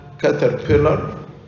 caterpillar